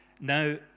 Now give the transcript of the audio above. Now